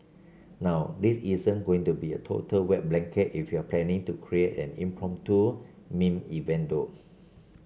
now this isn't going to be a total wet blanket if you're planning to create an impromptu meme event though